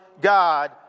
God